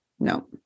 No